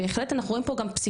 בהחלט אנחנו רואים כאן פסיקות,